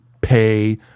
pay